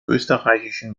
österreichischen